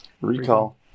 recall